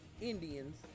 Indians